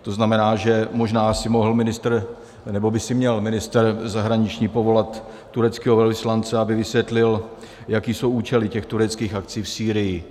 To znamená, že možná si mohl ministr, nebo by si měl ministr zahraničí povolat tureckého velvyslance, aby vysvětlil, jaké jsou účely těch tureckých akcí v Sýrii.